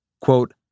Quote